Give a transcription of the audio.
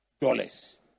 dollars